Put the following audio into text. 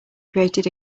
created